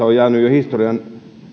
jo historian